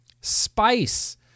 spice